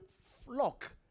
flock